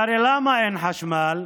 והרי למה אין חשמל?